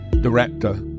director